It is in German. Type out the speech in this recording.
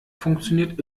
funktioniert